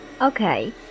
Okay